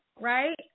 right